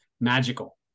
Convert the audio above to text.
magical